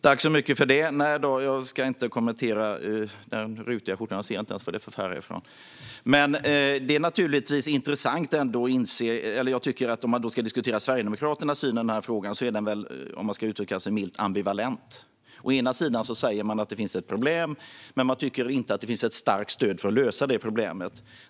Fru talman! Nej då, jag ska inte kommentera den rutiga skjortan. Jag ser inte ens härifrån vad det är för färger. Det är naturligtvis ändå intressant att inse detta. Om man ska diskutera Sverigedemokraternas syn i frågan är den ambivalent, om man ska uttrycka sig milt. Å ena sidan säger ni att det finns ett problem, men ni tycker inte att det finns ett starkt stöd för att lösa detta problem.